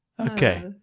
Okay